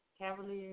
Cavaliers